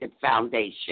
foundation